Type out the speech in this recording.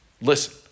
Listen